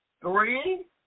Three